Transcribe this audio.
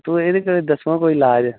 ते एह् कोई दस्सो आं लाज़